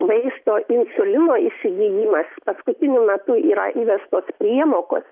vaisto insulino įsigijimas paskutiniu metu yra įvestos priemokos